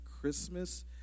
Christmas